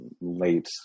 late